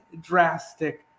drastic